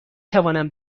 توانم